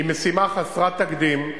היא משימה חסרת תקדים,